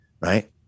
Right